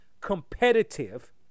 competitive